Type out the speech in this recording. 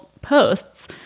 posts